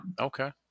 okay